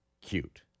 cute